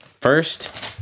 first